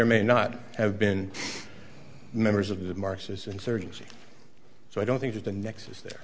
or may not have been members of the marxist insurgency so i don't think that the nexus there